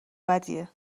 بدیه